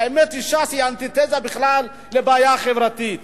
האמת היא שש"ס היא אנטיתזה בכלל לבעיה החברתית.